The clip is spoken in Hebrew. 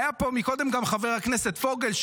היה פה קודם גם חבר הכנסת פוגל,